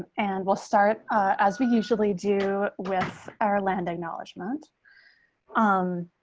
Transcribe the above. and we'll start as we usually do with our land acknowledgement um